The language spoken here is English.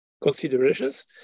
considerations